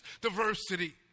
diversity